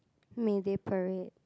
Mayday-Parade